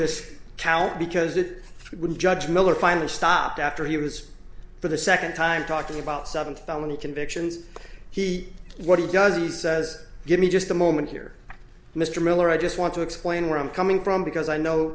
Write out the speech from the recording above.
this count because it would judge miller finally stopped after he was for the second time talked about seven felony convictions he what he does he says give me just a moment here mr miller i just want to explain where i'm coming from because i know